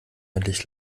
endlich